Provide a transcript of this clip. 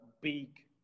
big